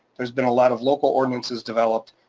there's been a lot of local ordinances developed,